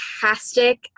fantastic